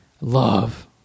Love